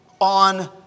on